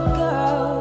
girl